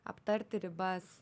aptarti ribas